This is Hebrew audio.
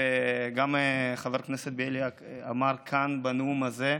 וגם חבר הכנסת בליאק אמר כאן בנאום הזה,